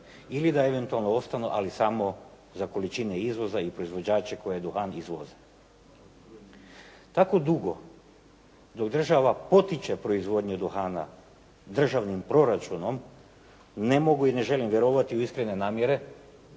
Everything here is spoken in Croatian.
ili da eventualno ostanu ali samo za količine izvoza i proizvođače koje duhan izvoze. Tako dugo dok država potiče proizvodnju duhana državnim proračunom ne mogu i ne želim vjerovati u iskrene namjere